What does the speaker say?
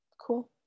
cool